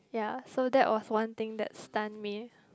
ya so that was one thing that stunned me